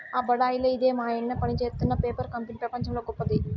ఆ బడాయిలే ఇదే మాయన్న పనిజేత్తున్న పేపర్ కంపెనీ పెపంచంలోనే గొప్పది